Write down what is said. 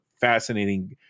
fascinating